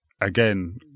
Again